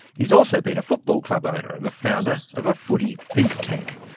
he's also been a football club owner and the founder of a footy think tank.